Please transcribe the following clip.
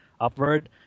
upward